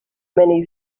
many